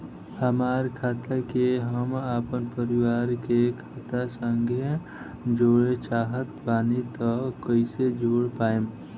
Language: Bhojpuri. हमार खाता के हम अपना परिवार के खाता संगे जोड़े चाहत बानी त कईसे जोड़ पाएम?